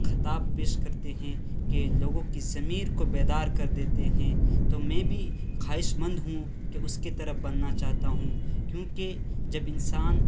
خطاب پیش کرتے ہیں کہ لوگوں کی ضمیر کو بیدار کر دیتے ہیں تو میں بھی خواہش مند ہوں کہ اس کی طرح بننا چاہتا ہوں کیونکہ جب انسان